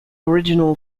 original